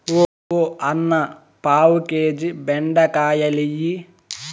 ఓ అన్నా, పావు కేజీ బెండకాయలియ్యి